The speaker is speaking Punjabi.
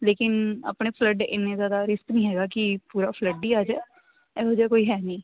ਲੇਕਿਨ ਆਪਣੇ ਫਲੱਡ ਇੰਨਾ ਜ਼ਿਆਦਾ ਰਿਸਕ ਨਹੀਂ ਹੈਗਾ ਕਿ ਪੂਰਾ ਫਲੱਡ ਹੀ ਆ ਜਾਵੇ ਇਹੋ ਜਿਹਾ ਕੋਈ ਹੈ ਨਹੀਂ